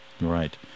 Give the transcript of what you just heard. Right